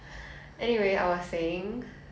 the 口感 not so nice